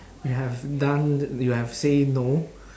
you have done you have say no